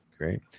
Great